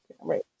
right